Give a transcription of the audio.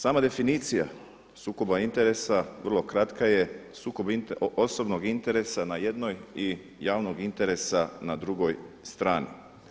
Sama definicija sukoba interesa vrlo kratka je sukob osobnog interesa na jednoj i javnog interesa na drugoj strani.